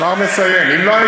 כבר מסיים.